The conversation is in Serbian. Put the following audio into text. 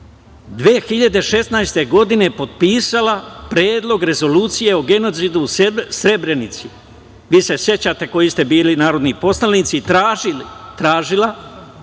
2016. godine potpisala Predlog rezolucije o genocidu u Srebrenici, vi se sećate koji ste bili narodni poslanici, i tražila